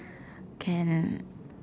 can